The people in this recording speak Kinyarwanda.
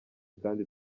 kandi